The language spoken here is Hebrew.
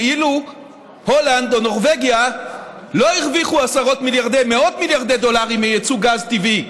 כאילו הולנד או נורבגיה לא הרוויחו מאות מיליארדי דולרים מיצוא גז טבעי,